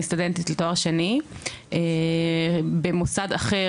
אני סטודנטית לתואר שני במוסד אחר,